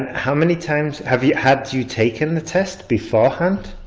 how many times have you you taken the test beforehand?